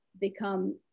become